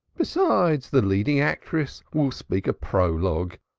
besides, the leading actress will speak a prologue.